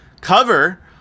cover